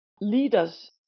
leaders